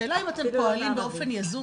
השאלה אם אתם פועלים באופן יזום,